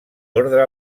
ordre